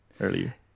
earlier